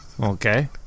Okay